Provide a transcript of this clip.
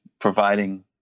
providing